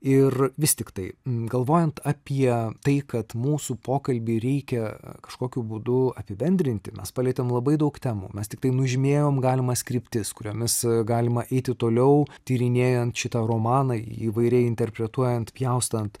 ir vis tiktai galvojant apie tai kad mūsų pokalbį reikia kažkokiu būdu apibendrinti mes palietėm labai daug temų mes tiktai nužymėjom galimas kryptis kuriomis galima eiti toliau tyrinėjant šitą romaną įvairiai interpretuojant pjaustant